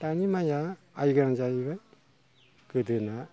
दानि माइया आयगां जाहैबाय गोदोना